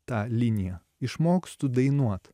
tą liniją išmokstu dainuot